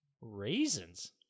Raisins